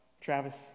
Travis